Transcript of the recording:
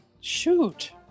Shoot